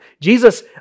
Jesus